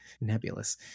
nebulous